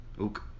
Ook